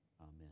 amen